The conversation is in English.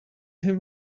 him